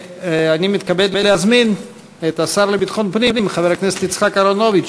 אני מתכבד להזמין את השר לביטחון פנים חבר הכנסת יצחק אהרונוביץ